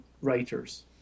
writers